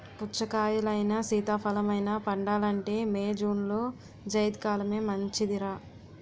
పుచ్చకాయలైనా, సీతాఫలమైనా పండాలంటే మే, జూన్లో జైద్ కాలమే మంచిదర్రా